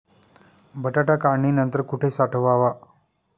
बटाटा काढणी नंतर कुठे साठवावा?